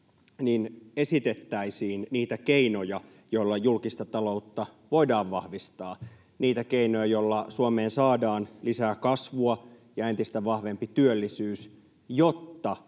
esitettäisiin niitä keinoja, joilla julkista taloutta voidaan vahvistaa, niitä keinoja, joilla Suomeen saadaan lisää kasvua ja entistä vahvempi työllisyys, jotta